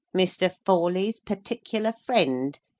mr. forley's particular friend,